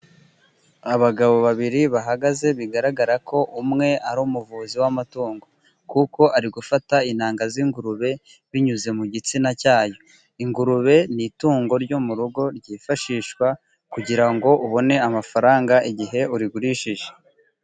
Abagabo babiri bahagaze bigaragara ko umwe ari umuvuzi w'amatungo, kuko ari gufata intanga z'ingurube binyuze mu gitsina cyayo, ingurube ni itungo ryo mu rugo ryifashishwa kugira ngo ubone amafaranga igihe urigurishije.